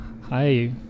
Hi